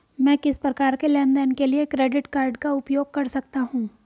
मैं किस प्रकार के लेनदेन के लिए क्रेडिट कार्ड का उपयोग कर सकता हूं?